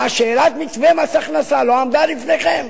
מה, שאלת מתווה מס הכנסה לא עמדה לפניכם?